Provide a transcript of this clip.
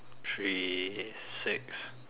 three six